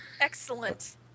Excellent